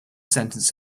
sentence